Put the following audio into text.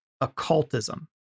occultism